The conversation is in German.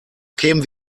kämen